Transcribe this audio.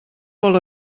vol